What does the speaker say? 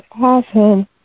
awesome